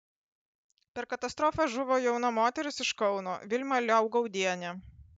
per katastrofą žuvo jauna moteris iš kauno vilma liaugaudienė